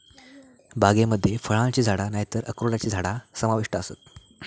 बागेमध्ये फळांची झाडा नायतर अक्रोडची झाडा समाविष्ट आसत